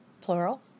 plural